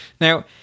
Now